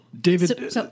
David